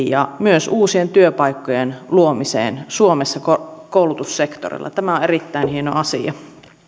ja myös uusien työpaikkojen luomiseen suomessa koulutussektorilla tämä on erittäin hieno asia